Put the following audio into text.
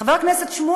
חבר הכנסת שמולי,